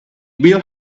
bill